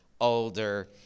older